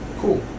Cool